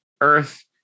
Earth